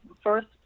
first